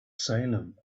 salem